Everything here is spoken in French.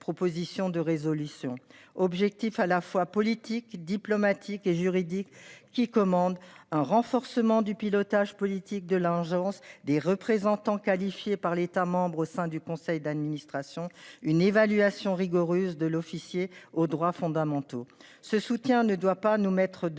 de résolution objectif à la fois politiques, diplomatiques et juridiques qui commande un renforcement du pilotage politique de la redevance des représentants qualifiés par l'État membre au sein du conseil d'administration, une évaluation rigoureuse de l'officier aux droits fondamentaux. Ce soutien ne doit pas nous mettre